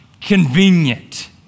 convenient